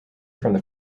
from